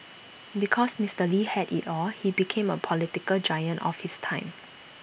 because Mister lee had IT all he became A political giant of his time